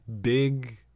big